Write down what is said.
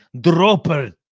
Dropper